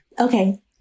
Okay